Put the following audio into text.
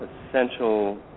essential